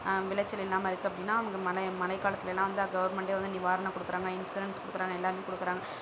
விளைச்சல் இல்லாமல் இருக்குது அப்படின்னா அங்கே மழை மழைக்காலத்துலேலாம் வந்து கவர்மெண்ட்டு வந்து நிவாரணம் கொடுக்குறாங்க இன்சூரன்ஸ் கொடுக்குறாங்க எல்லாமே கொடுக்குறாங்க